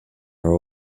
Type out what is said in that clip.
are